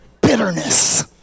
bitterness